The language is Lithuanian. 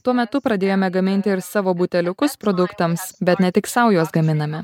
tuo metu pradėjome gaminti ir savo buteliukus produktams bet ne tik sau juos gaminame